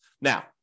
Now